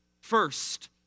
First